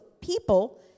people